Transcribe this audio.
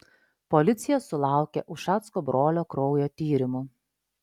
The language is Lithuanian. policija sulaukė ušacko brolio kraujo tyrimų